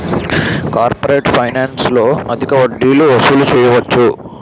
corporate ఫైనాన్స్లో అధిక వడ్డీలు వసూలు చేయవచ్చు